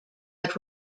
but